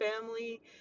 family